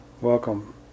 welcome